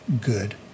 good